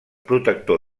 protector